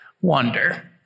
wonder